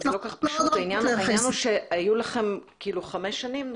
העניין הוא שהיו לכם חמש שנים.